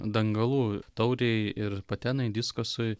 dangalų taurei ir patenai diskosui